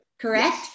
correct